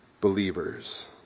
Believers